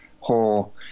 whole